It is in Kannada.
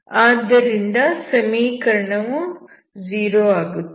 ಆದ್ದರಿಂದ ಸಮೀಕರಣವು 0 ಆಗುತ್ತದೆ